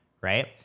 right